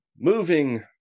moving